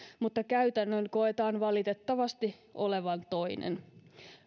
mutta käytännön koetaan valitettavasti olevan toinen